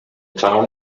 town